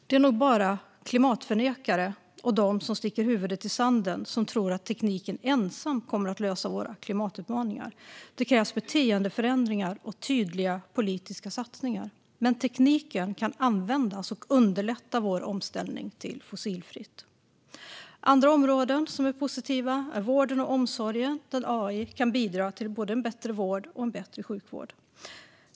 Det är nog bara klimatförnekare och de som sticker huvudet i sanden som tror att tekniken ensam kommer att lösa våra klimatutmaningar. Det krävs beteendeförändringar och tydliga politiska satsningar, men tekniken kan användas för att underlätta vår omställning till fossilfritt. Andra positiva områden är vården och omsorgen, där AI kan bidra till både en bättre vård och en bättre omsorg.